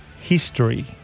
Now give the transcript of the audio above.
history